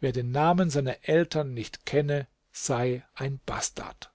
wer den namen seiner eltern nicht kenne sei ein bastard